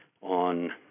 on